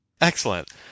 Excellent